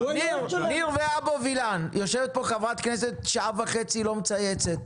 ואוי ואבוי למי שיפריע לחברות הכנסת שכל כך התאפקו כאן.